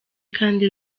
kandi